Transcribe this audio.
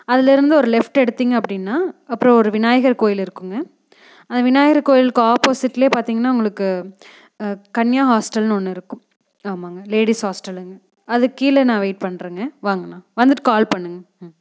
அதுலேயிருந்து ஒரு லெஃப்ட் எடுத்தீங்க அப்படின்னா அப்புறோம் ஒரு விநாயகர் கோயில் இருக்குதுங்க அந்த விநாயகர் கோயிலுக்கு ஆப்போசிட்ல பார்த்தீங்கன்னா உங்களுக்கு கன்யா ஹாஸ்டல்னு ஒன்று இருக்கும் ஆமாங்க லேடிஸ் ஹாஸ்டலுங்க அதுக்கு கீழே நான் வெயிட் பண்ணுறேங்க வாங்கண்ணா வந்துட்டு கால் பண்ணுங்க